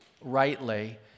rightly